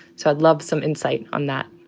so i'd love some insight on that.